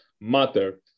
matter